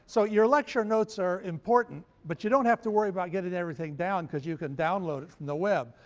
so your lecture notes are important, but you don't have to worry about getting everything down because you can download it from the web.